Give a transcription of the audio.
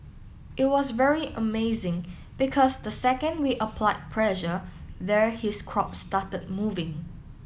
it was very amazing because the second we applied pressure there his crop started moving